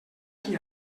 qui